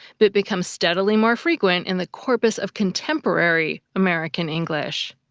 but become steadily more frequent in the corpus of contemporary american english.